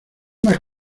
más